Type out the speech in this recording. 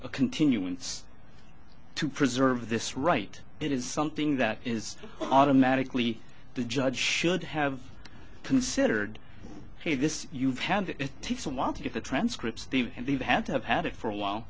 a continuance to preserve this right it is something that is automatically the judge should have considered this you've had it takes a while to get the transcripts and they've had to have had it for a while